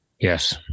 yes